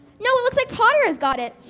no, it looks like potter has got it.